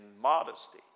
modesty